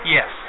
Yes